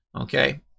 okay